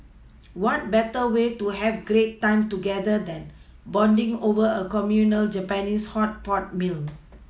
what better way to have great time together than bonding over a communal Japanese hot pot meal